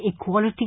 equality